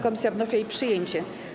Komisja wnosi o jej przyjęcie.